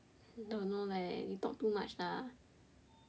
don't know leh you talk too much lah